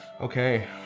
Okay